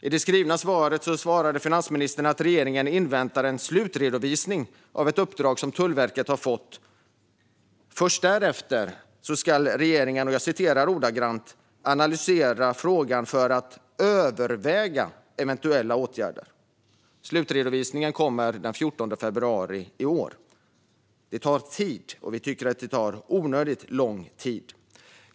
I det skrivna svaret svarade finansministern att regeringen inväntar en slutredovisning av ett uppdrag som Tullverket har fått. Först därefter ska regeringen, enligt svaret, analysera frågan för att överväga eventuella åtgärder. Slutredovisningen kommer den 14 februari i år. Det tar tid, och vi tycker att det tar onödigt lång tid.